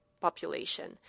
population